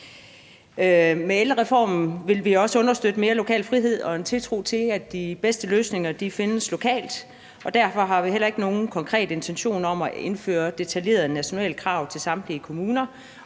Med ældrereformen vil vi også understøtte mere lokal frihed i tiltro til, at de bedste løsninger findes lokalt, og derfor har vi heller ikke nogen konkrete intentioner om at indføre detaljerede nationale krav til samtlige kommuner